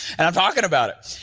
and i'm talking about it.